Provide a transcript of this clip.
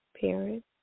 parents